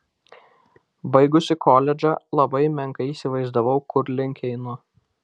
baigusi koledžą labai menkai įsivaizdavau kur link einu